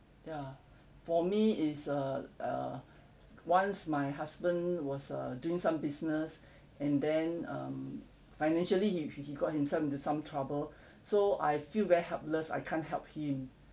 ya for me is uh uh once my husband was uh doing some business and then um financially he he got himself into some trouble so I feel very helpless I can't help him